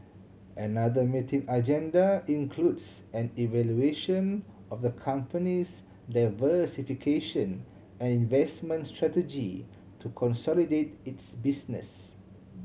another meeting agenda includes an evaluation of the company's diversification and investment strategy to consolidate its business